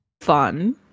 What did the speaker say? Fun